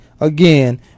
Again